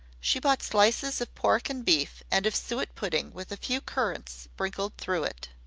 she bought slices of pork and beef, and of suet-pudding with a few currants sprinkled through it.